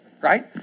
right